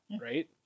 right